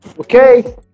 Okay